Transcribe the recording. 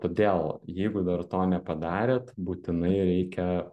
todėl jeigu dar to nepadarėt būtinai reikia